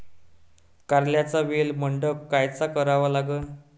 कारल्याचा वेल मंडप कायचा करावा लागन?